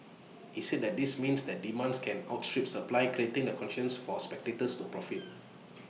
he said that this means that demands can outstrip supply creating the conditions for speculators to profit